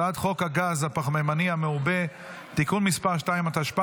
אני קובע כי הצעת חוק הביטוח הלאומי (תיקון מס' 256)